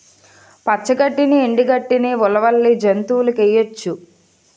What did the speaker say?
పచ్చ గడ్డిని ఎండు గడ్డని ఉలవల్ని జంతువులకేయొచ్చు